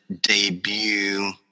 debut